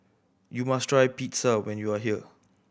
you must try Pizza when you are here